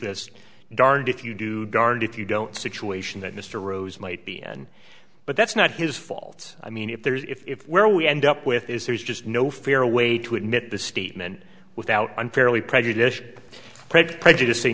this darned if you do darned if you don't situation that mr rose might be and but that's not his fault i mean if there is if where we end up with is there's just no fair way to admit the statement without unfairly prejudicial credit prejudic